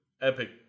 Epic